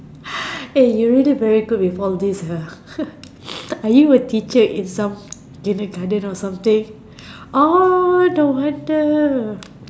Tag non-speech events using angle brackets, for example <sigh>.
<breath> eh you really very good with all these ya are you a teacher in some kindergarten or something orh no wonder